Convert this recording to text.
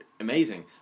amazing